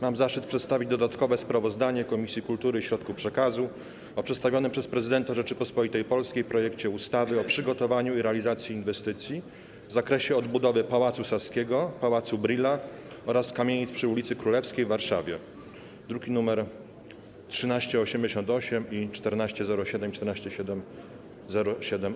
Mam zaszczyt przedstawić dodatkowe sprawozdanie Komisji Kultury i Środków Przekazu o przedstawionym przez prezydenta Rzeczypospolitej Polskiej projekcie ustawy o przygotowaniu i realizacji inwestycji w zakresie odbudowy Pałacu Saskiego, Pałacu Brühla oraz kamienic przy ulicy Królewskiej w Warszawie, druki nr 1388, 1407 i 1407-A.